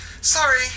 Sorry